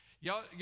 Y'all